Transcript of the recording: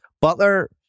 Butler